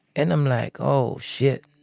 and i'm like, oh, shit.